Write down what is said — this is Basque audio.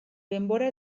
denbora